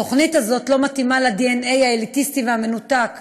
התוכנית הזאת לא מתאימה לדנ"א האליטיסטי והמנותק